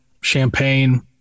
champagne